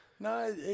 No